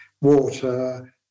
water